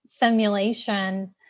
Simulation